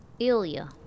Ilya